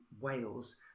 Wales